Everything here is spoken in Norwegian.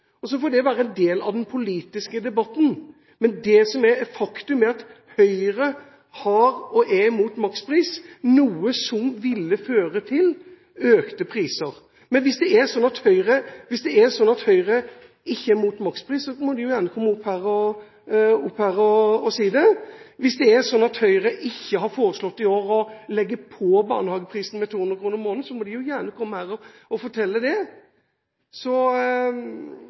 også for barnehagene, noe som ville innebåret at snittet kanskje hadde vært på 4 000 kr. Men jeg har vært veldig tydelig på at jeg antyder, og så får det være en del av den politiske debatten. Men det som er et faktum, er at Høyre var, og er, imot makspris, noe som ville ført til økte priser. Hvis det er sånn at Høyre ikke er imot makspris, må de gjerne komme opp her og si det. Hvis det er sånn at Høyre i år ikke har foreslått å legge på barnehageprisen med 200 kr i måneden, må de gjerne komme og fortelle det.